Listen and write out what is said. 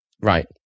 right